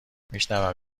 میشونم